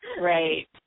right